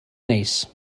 neis